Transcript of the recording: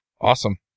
Awesome